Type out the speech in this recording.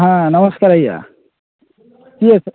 ହଁ ନମସ୍କାର ଆଜ୍ଞା